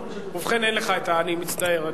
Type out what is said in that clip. ובכן, אין לך, אני מצטער.